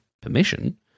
permission